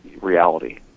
reality